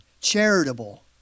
charitable